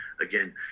Again